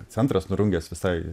centras nurungęs visai